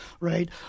right